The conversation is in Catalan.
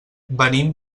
venim